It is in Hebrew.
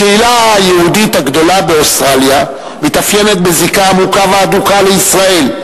הקהילה היהודית הגדולה באוסטרליה מתאפיינת בזיקה עמוקה והדוקה לישראל,